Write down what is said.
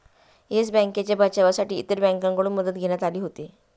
yes बँकेच्या बचावासाठी इतर बँकांकडून मदत घेण्यात आली होती